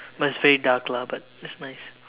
must very dark lah but it's nice